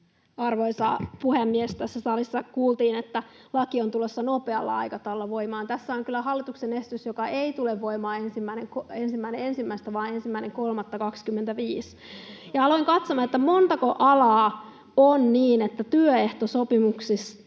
Arvoisa puhemies! Tässä salissa kuultiin, että laki on tulossa nopealla aikataululla voimaan. Tässä on kyllä hallituksen esitys, joka ei tule voimaan 1.1. vaan 1.3.2025. [Aino-Kaisa Pekosen välihuuto] Aloin katsomaan, että monellako alalla on niin, että laissa